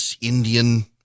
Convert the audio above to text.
Indian